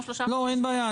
אין בעיה.